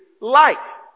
light